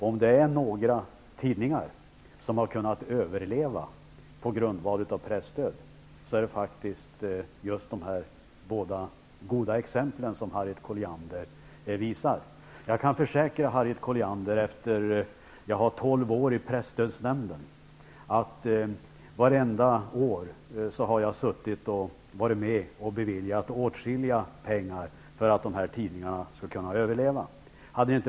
Om det är några tidningar som har kunnat överleva på grundval av presstödet är det faktiskt just de båda som Harriet Collianders goda exempel gäller. Jag kan försäkra, Harriet Colliander, att jag vartenda år av de tolv år som jag suttit med i presstödsnämnden har varit med om att bevilja åtskilligt med pengar för att de här tidningarna skulle kunna överleva.